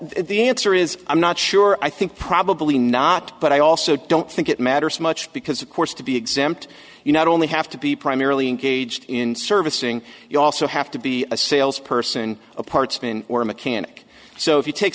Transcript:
the answer is i'm not sure i think probably not but i also don't think it matters much because of course to be exempt you not only have to be primarily engaged in servicing you also have to be a salesperson a part spin or a mechanic so if you take